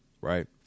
right